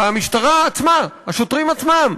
והמשטרה עצמה, השוטרים עצמם,